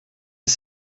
des